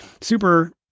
super